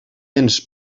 ens